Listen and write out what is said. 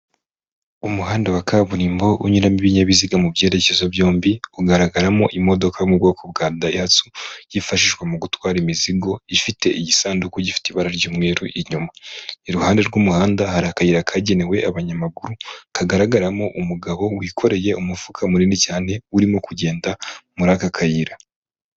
Umuhanda wa kaburimbo unyiramo ibinyabiziga mu byerekezo byombi ugaragaramo imodoka yo mu bwoko bwa dayihatsu, yifashishwa mu gutwara imizigo, ifite igisanduku gifite ibara ry'umweru inyuma, iruhande rw'umuhanda hari akayira kagenewe abanyamaguru kagaragaramo umugabo wikoreye umufuka munini cyane urimo kugenda muri aka kayira.